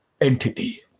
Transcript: entity